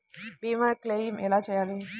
భీమ క్లెయిం ఎలా చేయాలి?